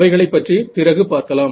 அவைகளைப் பற்றி பிறகு பார்க்கலாம்